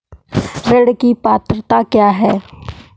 ऋण की पात्रता क्या है?